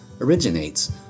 originates